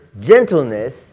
gentleness